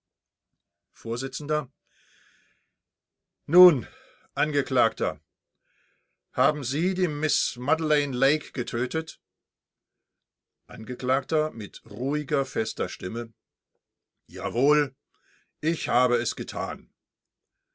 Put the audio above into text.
vors nun angeklagter haben sie die miß madeleine lake getötet angekl mit ruhiger fester stimme jawohl ich habe es getan